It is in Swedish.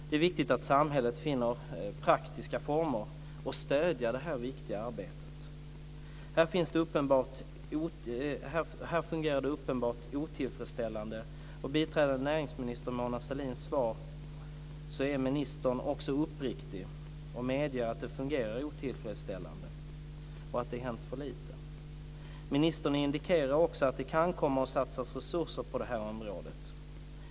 Det är viktigt att samhället finner praktiska former för att stödja detta viktiga arbete. Här fungerar det uppenbart otillfredsställande. I sitt svar är biträdande näringsministern Mona Sahlin uppriktig. Hon medger att det fungerar otillfredsställande och att det har hänt för lite. Ministern indikerar också att det kan komma att satsas resurser på det här området.